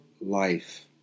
life